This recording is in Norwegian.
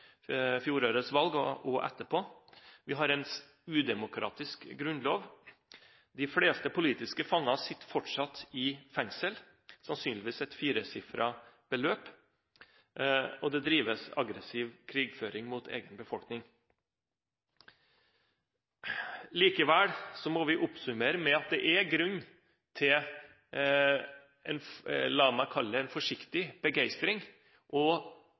valg og etterpå. De har en udemokratisk grunnlov. De fleste politiske fanger sitter fortsatt i fengsel, sannsynligvis et firesifret antall, og det drives aggressiv krigføring mot egen befolkning. Likevel må vi oppsummere med at det er grunn til – la meg kalle det – en forsiktig begeistring og